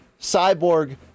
Cyborg